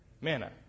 Manna